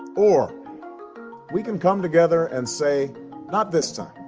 or we can come together and say not this time